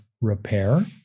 repair